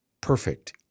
Perfect